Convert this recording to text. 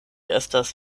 estas